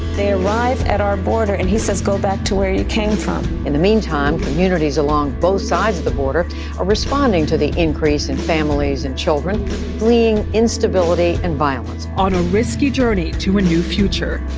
they arrive at our border, and he says, go back to where you came from in the meantime, communities along both sides of the border are responding to the increase in families and children fleeing instability and violence. on a risky journey to a new future,